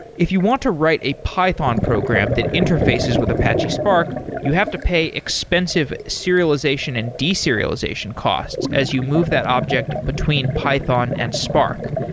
if you want to write a python program that interfaces with apache spark, you have to pay expensive serialization and deserialization costs as you move that object between python and spark.